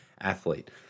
athlete